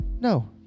No